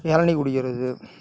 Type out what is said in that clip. இளநீ குடிக்கிறது